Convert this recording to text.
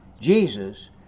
Jesus